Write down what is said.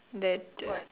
that a